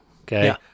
Okay